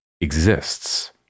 exists